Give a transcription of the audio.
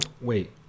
Wait